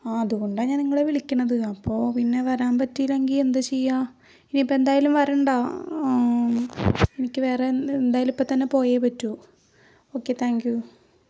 ആ അതുകൊണ്ടാണ് ഞാൻ നിങ്ങളെ വിളിക്കണത് അപ്പോൾ പിന്നെ വരാൻ പറ്റീല്ലെങ്കിൽ എന്താ ചെയ്യാ ഇനിയിപ്പം എന്തായാലും വരണ്ട എനിക്ക് വേറെ എന്താ എന്തയാലും ഇപ്പത്തന്നെ പോയേ പറ്റൂ ഓക്കെ താങ്ക് യൂ